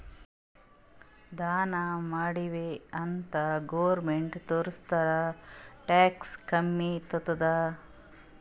ದಾನಾ ಮಾಡಿವ್ ಅಂತ್ ಗೌರ್ಮೆಂಟ್ಗ ತೋರ್ಸುರ್ ಟ್ಯಾಕ್ಸ್ ಕಮ್ಮಿ ತೊತ್ತುದ್